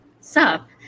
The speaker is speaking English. sup